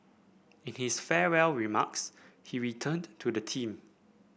it is farewell remarks he returned to the theme